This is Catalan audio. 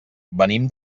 venim